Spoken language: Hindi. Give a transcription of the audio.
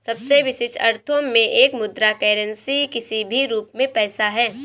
सबसे विशिष्ट अर्थों में एक मुद्रा करेंसी किसी भी रूप में पैसा है